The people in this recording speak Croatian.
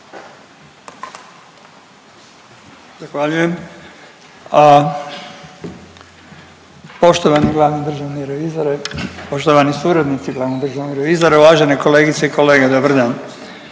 Zahvaljujem. Poštovani glavni državni revizore, poštovani suradnici i glavni državni revizore, uvažene kolegice i kolege dobar dan.